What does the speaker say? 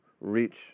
reach